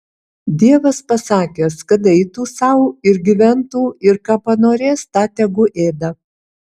dievas pasakęs kad eitų sau ir gyventų ir ką panorės tą tegu ėda